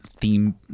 theme